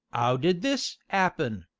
ow did this appen,